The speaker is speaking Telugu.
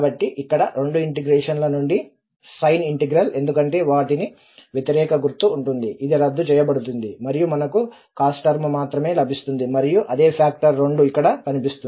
కాబట్టి ఇక్కడ రెండు ఇంటెగ్రేషన్ ల నుండి సైన్ ఇంటిగ్రల్ ఎందుకంటే వాటికి వ్యతిరేక గుర్తు ఉంటుంది అది రద్దు చేయబడుతుంది మరియు మనకు కాస్ టర్మ్ మాత్రమే లభిస్తుంది మరియు అదే ఫ్యాక్టర్ 2 అక్కడ కనిపిస్తుంది